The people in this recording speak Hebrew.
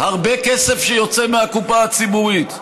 הרבה כסף שיוצא מהקופה הציבורית.